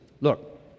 Look